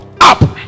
up